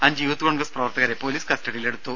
അഞ്ച് യൂത്ത് കോൺഗ്രസ് പ്രവർത്തകരെ പൊലീസ് കസ്റ്റഡിയിലെടുത്തു